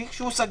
תיק שהוא סגור,